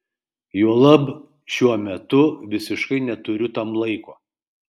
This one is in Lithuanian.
juolab šiuo metu visiškai neturiu tam laiko